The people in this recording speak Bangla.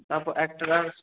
তারপর একটা